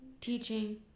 teaching